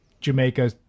Jamaica